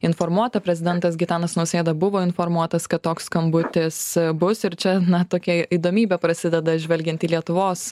informuota prezidentas gitanas nausėda buvo informuotas kad toks skambutis bus ir čia na tokia įdomybė prasideda žvelgiant į lietuvos